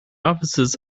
offices